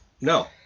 No